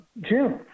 June